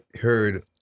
heard